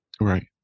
Right